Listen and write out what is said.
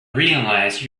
realize